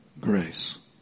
grace